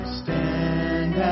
stand